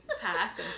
pass